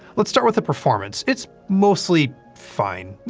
let's start with the performance. it's mostly fine.